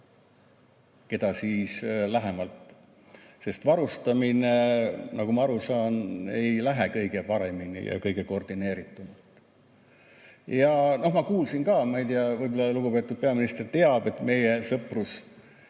keda [varustataks], sest varustamine, nagu ma aru saan, ei lähe kõige paremini ja kõige koordineeritumalt. Ma kuulsin ka – ma ei tea, võib-olla lugupeetud peaminister teab –, et meie sõprusoblast